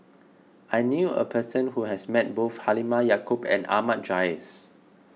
I knew a person who has met both Halimah Yacob and Ahmad Jais